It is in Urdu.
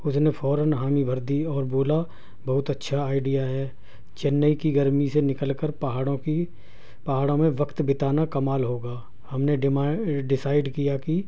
اس نے فوراً حامی بھرد اور بولا بہت اچھا آئیڈیا ہے چنئی کی گرمی سے نکل کر پہاڑوں کی پہاڑوں میں وقت بتانا کمال ہوگا ہم نے ڈیسائڈ کیا کہ